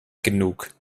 genug